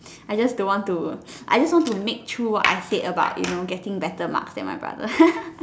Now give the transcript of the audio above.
I just don't want to I just want to make true what I said about you know getting better marks than my brother